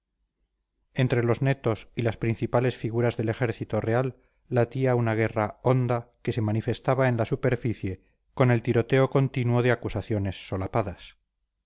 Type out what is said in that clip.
entre los netos y las principales figuras del ejército real latía una guerra honda que se manifestaba en la superficie con el tiroteo continuo de acusaciones solapadas